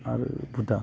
आरो भुटान